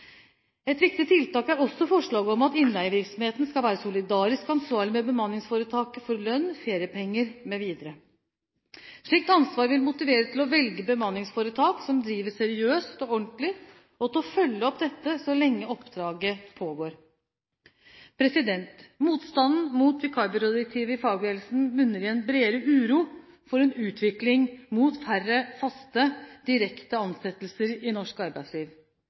Et viktig tiltak er også forslaget om at innleievirksomheten skal være solidarisk ansvarlig for lønn, feriepenger mv. sammen med bemanningsforetaket. Slikt ansvar vil motivere til å velge bemanningsforetak som driver seriøst og ordentlig, og til å følge opp dette så lenge oppdraget pågår. Motstanden mot vikarbyrådirektivet i fagbevegelsen bunner i en bredere uro for en utvikling mot færre faste, direkte ansettelser i norsk arbeidsliv.